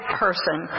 person